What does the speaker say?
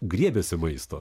griebiasi maisto